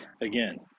again